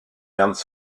ernst